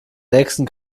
nächsten